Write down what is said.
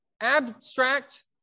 abstract